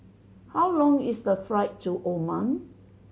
how long is the flight to Oman